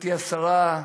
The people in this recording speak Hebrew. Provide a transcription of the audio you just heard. גברתי השרה,